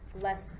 less